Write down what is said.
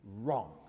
wrong